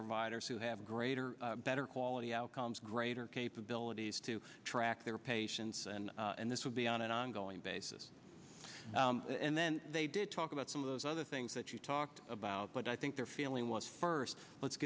providers who have greater better quality outcomes greater capabilities to track their patients and this would be on an ongoing basis and then they did talk about some of those other things that you talked about but i think their feeling was first